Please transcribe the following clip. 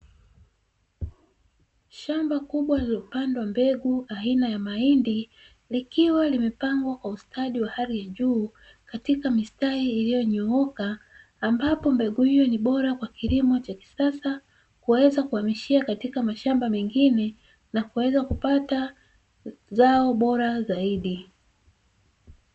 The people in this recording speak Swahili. Shamba kubwa lililopandwa mbegu aina ya mahindi, likiwa limepangwa kwa ustadi wa hali ya juu katika mistari iliyonyooka, ambapo mbegu hiyo ni bora kwa kilimo cha kisasa, kuweza kuhamishia katika mashamba mengine na kuweza kupata zao bora zaidi.